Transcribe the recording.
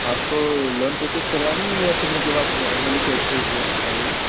आपको loan process करवानी है या फिर मतलब आप नॉर्मली कैश पर करेंगे